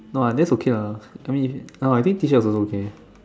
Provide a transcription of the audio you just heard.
no lah that's okay lah I mean I think T-shirt also okay